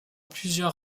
plusieurs